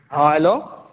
हॅं हेल्लो